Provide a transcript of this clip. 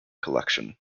collection